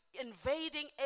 invading